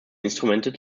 instrumente